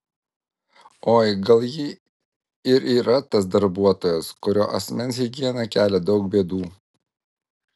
oi gal ji ir yra tas darbuotojas kurio asmens higiena kelia daug bėdų